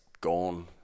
gone